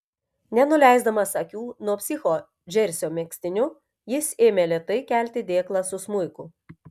nenuleisdamas akių nuo psicho džersio megztiniu jis ėmė lėtai kelti dėklą su smuiku